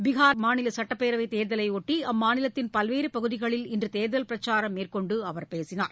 பீகார் மாநில சட்டப்பேரவைத் தேர்தலையொட்டி அம்மாநிலத்தின் பல்வேறு பகுதிகளில் இன்று தேர்தல் பிரச்சாரம் மேற்கொண்டு அவர் பேசினார்